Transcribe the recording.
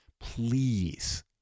please